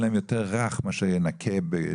זה יהיה עבורם רך יותר מאשר ינכה בכוח,